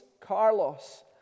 Carlos